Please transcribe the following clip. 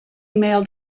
mailed